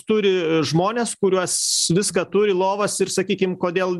turi žmones kuriuos viską turi lovas ir sakykim kodėl